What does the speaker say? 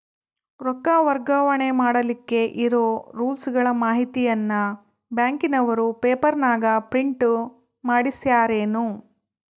ರೊಕ್ಕ ವರ್ಗಾವಣೆ ಮಾಡಿಲಿಕ್ಕೆ ಇರೋ ರೂಲ್ಸುಗಳ ಮಾಹಿತಿಯನ್ನ ಬ್ಯಾಂಕಿನವರು ಪೇಪರನಾಗ ಪ್ರಿಂಟ್ ಮಾಡಿಸ್ಯಾರೇನು?